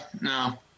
no